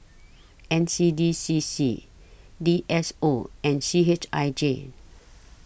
N C D C C D S O and C H I J